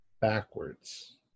backwards